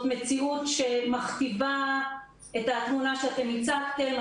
מציאות שמכתיבה את התמונה שאתם הצגתם.